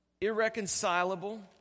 irreconcilable